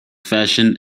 fashion